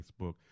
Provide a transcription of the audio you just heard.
Facebook